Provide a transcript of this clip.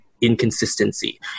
inconsistency